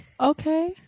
okay